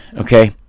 okay